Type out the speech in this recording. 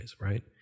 right